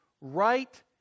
right